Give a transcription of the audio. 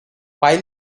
pile